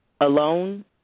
alone